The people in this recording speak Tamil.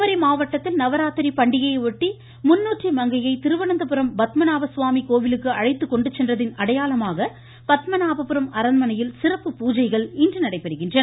குமரி மாவட்டத்தில் நவராத்திரி பண்டிகையை ஒட்டி முன்னாற்றி மங்கையை திருவனந்தபுரம் பத்மநாபசுவாமி கோவிலுக்கு அழைத்து கொண்டு சென்றதின் அடையாளமாக பத்மநாபபுரம் அரண்மனையில் சிறப்பு பூஜைகள் இன்று நடைபெறுகின்றன